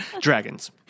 Dragons